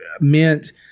meant